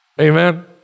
Amen